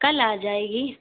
کل آجائے گی